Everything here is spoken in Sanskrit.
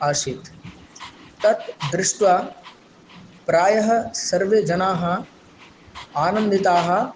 आसीत् तद् दृष्ट्वा प्रायः सर्वे जनाः आनन्दिताः